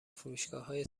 فروشگاههای